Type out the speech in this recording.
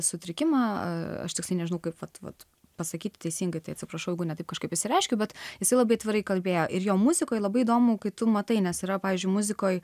sutrikimą aš tiksliai nežinau kaip vat vat pasakyt teisingai tai atsiprašau ne taip kažkaip išsireiškiau bet jisai labai atvirai kalbėjo ir jo muzikoj labai įdomu kai tu matai nes yra pavyzdžiui muzikoj